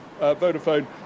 Vodafone